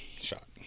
shot